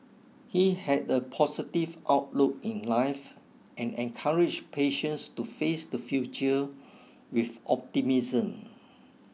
he had a positive outlook in life and encourage patients to face the future with optimism